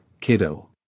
kiddo